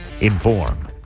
inform